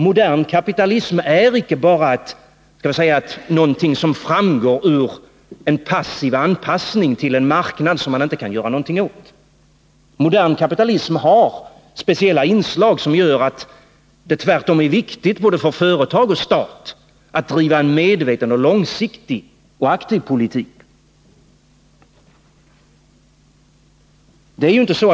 Modern kapitalism är icke bara någonting som framgår ur en passiv anpassning till en marknad som man inte kan göra någonting åt. Modern kapitalism har speciella inslag som gör att det tvärtom är viktigt att både företag och stat driver en medveten, långsiktig och aktiv politik.